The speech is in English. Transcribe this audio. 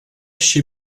she